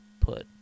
put